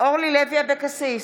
אורלי לוי אבקסיס,